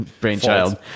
brainchild